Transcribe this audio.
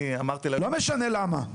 לא משנה למה.